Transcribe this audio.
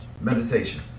Meditation